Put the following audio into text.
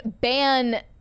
ban